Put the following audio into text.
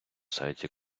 сайті